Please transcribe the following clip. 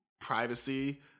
privacy